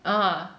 ah